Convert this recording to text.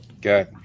Good